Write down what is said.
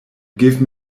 give